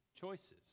choices